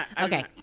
okay